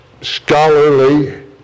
scholarly